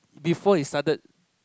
before he started